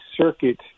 Circuit